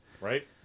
Right